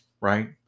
right